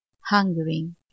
hungering